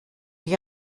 die